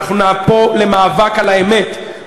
ואנחנו פה למאבק על האמת,